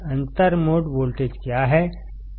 अंतर mode voltage क्या है